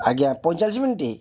ଆଜ୍ଞା ପଇଁଚାଳିଶ ମିନିଟ୍